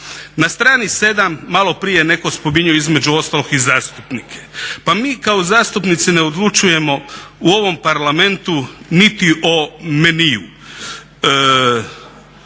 Na strani 7 malo prije netko spominjao između ostalog i zastupnike, pa mi kao zastupnici ne odlučujemo u ovom Parlamentu niti o meniu.